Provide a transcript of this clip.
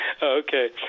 Okay